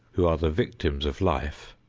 who are the victims of life,